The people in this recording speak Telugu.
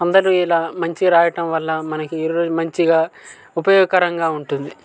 అందరూ ఇలా మంచి రాయడం వల్ల మనకి ఇర్ మంచిగా ఉపయోగకరంగా ఉంటుంది